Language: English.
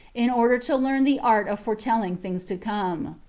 in order to learn the art of foretelling things to come?